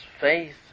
faith